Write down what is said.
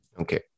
okay